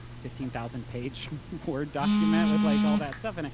fifteen thousand page word document with like all that stuff in it.